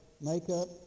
makeup